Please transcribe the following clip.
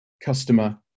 customer